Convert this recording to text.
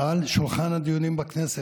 על שולחן הדיונים בכנסת.